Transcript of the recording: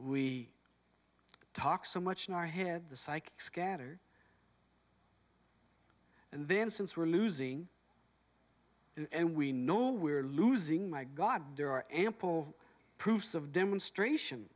we talk so much in our head the psych scatter and then since we're losing and we know we're losing my god there are ample proofs of demonstration